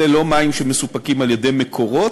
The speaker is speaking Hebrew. אלה לא מים שמסופקים על-ידי "מקורות",